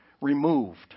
removed